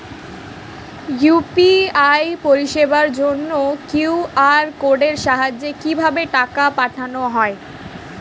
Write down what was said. UPI পরিষেবার জন্য QR কোডের সাহায্যে কিভাবে টাকা পাঠানো হয়?